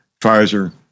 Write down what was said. Pfizer